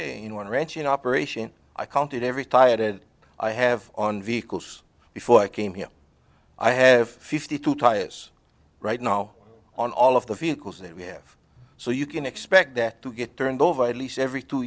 in one ranch in operation i counted every tire that i have on vehicles before i came here i have fifty two tires right now on all of the vehicles that we have so you can expect that to get turned over at least every two